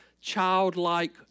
childlike